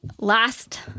Last